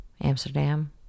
Amsterdam